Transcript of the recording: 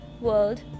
world